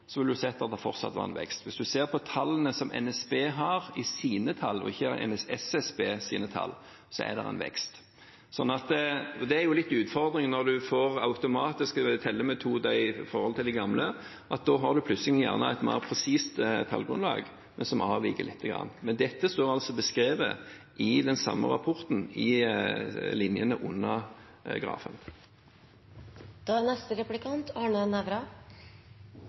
Så det er en vekst. Hvis en hadde telt på samme måten, ville en sett at det fortsatt var en vekst. Hvis en ser på tallene som NSB har, og ikke SSBs tall, er det en vekst. Det er litt av utfordringen når en får automatiske tellemetoder i forhold til de gamle, at en plutselig gjerne har et mer presist tallgrunnlag, men som avviker lite grann. Dette står altså beskrevet i den samme rapporten, i linjene under